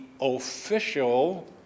official